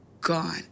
gone